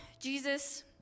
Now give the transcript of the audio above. Jesus